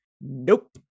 Nope